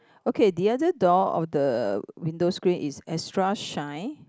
okay the other door of the window screen is extra shine